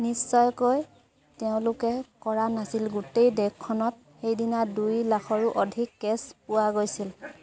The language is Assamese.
নিশ্চয়কৈ তেওঁলোকে কৰা নাছিল গোটেই দেশখনত সেইদিনা দুই লাখৰো অধিক কে'ছ পোৱা গৈছিল